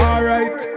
Alright